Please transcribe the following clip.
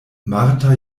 marta